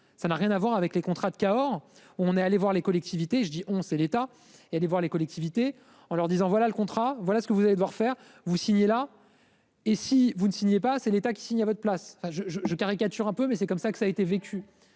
ça n'a rien à voir avec les contrats de Cahors. On est allé voir les collectivités je dis on c'est l'État et allez voir les collectivités en leur disant, voilà le contrat voilà ce que vous allez devoir faire vous signez là. Et si vous ne signez pas, c'est l'État qui signe à votre place je je je caricature un peu mais c'est comme ça que ça a été vécu.